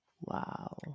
Wow